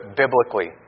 biblically